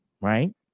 Right